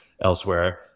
elsewhere